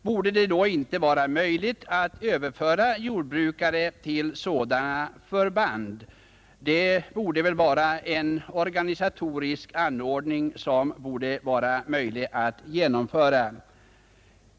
Vore det inte möjligt att överföra jordbrukare till sådana förband? En sådan organisatorisk anordning borde vara möjlig att genomföra.